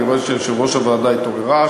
אני רואה שיושבת-ראש הוועדה התעוררה,